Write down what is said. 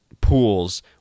pools